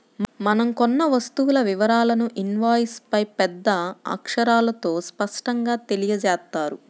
మనం కొన్న వస్తువు వివరాలను ఇన్వాయిస్పై పెద్ద అక్షరాలతో స్పష్టంగా తెలియజేత్తారు